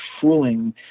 fooling